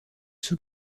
sous